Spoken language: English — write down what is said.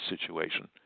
situation